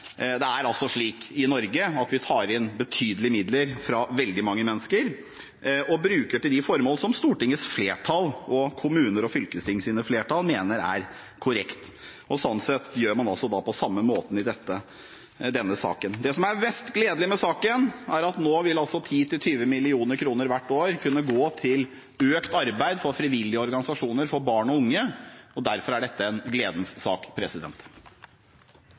Norge at vi tar inn betydelige midler fra veldig mange mennesker og bruker dem til de formål som Stortingets flertall og flertallet i kommuner og fylkesting mener er korrekt. Sånn sett gjør man det på samme måte i denne saken. Det som er mest gledelig med saken, er at nå vil 10–20 mill. kr hvert år kunne gå til økt arbeid for frivillige organisasjoner for barn og unge. Derfor er dette en gledens sak.